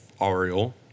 Ariel